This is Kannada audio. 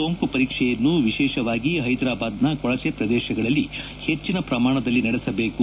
ಸೋಂಕು ಪರೀಕ್ಷೆಯನ್ನು ವಿಶೇಷವಾಗಿ ಹೈದರಾಬಾದ್ನ ಕೊಳಚೆ ಪ್ರದೇಶಗಳಲ್ಲಿ ಹೆಚ್ಚಿನ ಪ್ರಮಾಣದಲ್ಲಿ ನಡೆಸಬೇಕು